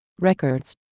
records